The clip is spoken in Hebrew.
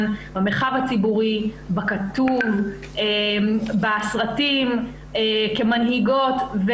במרחב הציבורי בכתוב ובסרטים כמנהיגות.